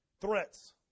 threats